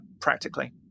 practically